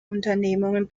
unternehmungen